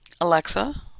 Alexa